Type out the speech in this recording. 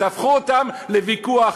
תהפכו אותם לוויכוח.